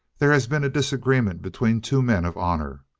there has been a disagreement between two men of honor.